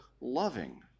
loving